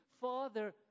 Father